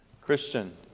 Christian